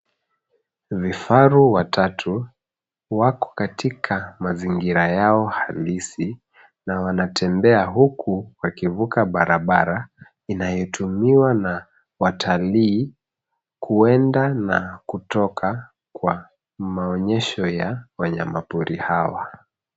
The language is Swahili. Vifaru watatu wako katika mazingira yao halisi, na wanatembea huku wakivuka barabara inayotumiwa na watalii kuenda na kutoka kwa maonyesho ya wanyamapori hawa.